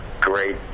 great